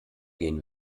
gehen